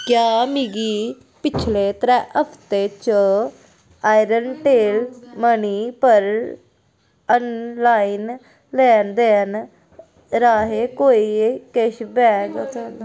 क्या मिगी पिछले त्रै हफ्ते च एयरटेल मनी पर आनलाइन लैन देन राहें कोई कैश बैक थ्होआ ऐ